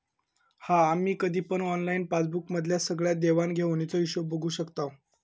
हा आम्ही कधी पण ऑनलाईन पासबुक मधना सगळ्या देवाण घेवाणीचो हिशोब बघू शकताव